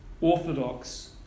orthodox